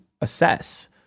assess